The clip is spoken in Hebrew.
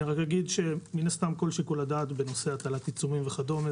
אני רק אומר שמן הסתם כל שיקול הדעת בנושא הטלת עיצומים וכדומה,